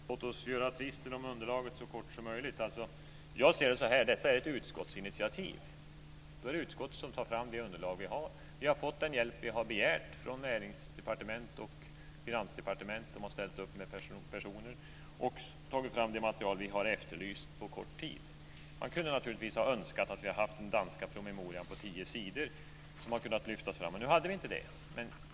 Fru talman! Låt oss göra tvisten om underlaget så kort som möjligt. Jag ser det så här: Detta är ett utskottsinitiativ. Då är det utskottet som tar fram det underlag vi har. Vi har fått den hjälp vi har begärt från näringsdepartement och finansdepartement. De har ställt upp med personer och tagit fram det material vi har efterlyst på kort tid. Man kunde naturligtvis ha önskat att vi hade haft den danska promemorian på tio sidor som hade kunnat lyftas fram, men nu hade vi inte det.